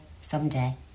someday